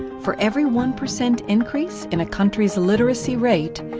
for every one percent increase in a country's literacy rate,